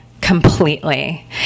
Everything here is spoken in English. completely